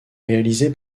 réalisé